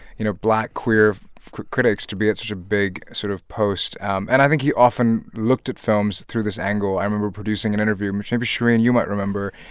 you know, black queer critics to be at such a big sort of post. um and i think he often looked at films through this angle. i remember producing an interview, which maybe, shereen, you might remember,